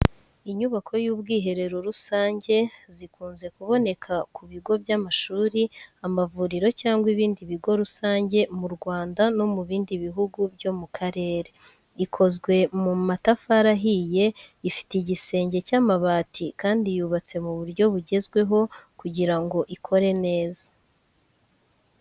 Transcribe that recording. Inyubako y’ubwiherero rusange, zikunze kuboneka ku bigo by’amashuri, amavuriro cyangwa ibindi bigo rusange mu Rwanda no mu bindi bihugu byo mu karere. Ikozwe mu matafari ahiye, ifite igisenge cy'amabati kandi yubatse mu buryo bugezweho kugira ngo ikore neza.